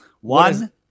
One